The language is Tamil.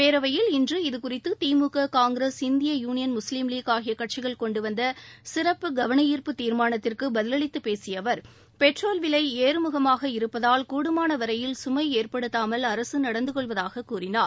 பேரவையில் இன்று இதுகுறித்து திமுக காங்கிரஸ் இந்திய யூனியன் முஸ்லீம் லீக் ஆகிய கட்சிகள் கொண்டு வந்த சிறப்பு கவன ஈர்ப்பு தீர்மானத்திற்கு பதில் அளித்து பேசிய அவர் பெட்ரோல் விலை ஏறுமுகமாக இருப்பதால் கூடுமான வரையில் சுமை ஏற்படுத்தாமல் அரசு நடந்துகொள்வதாக கூறினார்